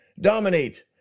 dominate